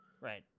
Right